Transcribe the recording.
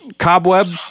cobweb